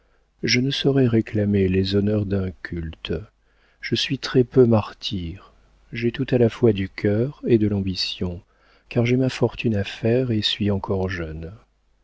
je ne saurais réclamer les honneurs d'un culte je suis très peu martyr j'ai tout à la fois du cœur et de l'ambition car j'ai ma fortune à faire et suis encore jeune